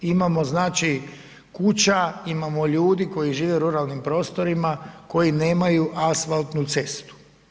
Imamo znači kuća, imamo ljudi koji žive u ruralnim prostorima, koji nemaju asfaltnu cestu.